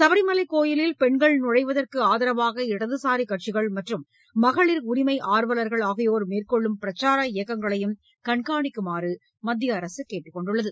சபரிமலை கோயிலில் பெண்கள் நுழைவதற்கு ஆதரவாக இடதுசாரிக் கட்சிகள் மற்றும் மகளிர் உரிமை ஆர்வலர்கள் ஆகியோர் மேற்கொள்ளும் பிரச்சார இயக்கங்களையும் கண்காணிக்குமாறு மத்திய அரசு கேட்டுக் கொண்டுள்ளது